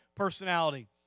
Personality